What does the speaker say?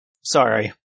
Sorry